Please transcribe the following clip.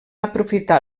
aprofitar